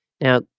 Now